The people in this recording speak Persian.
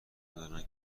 دارن